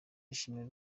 yishimiye